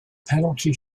penalty